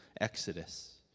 exodus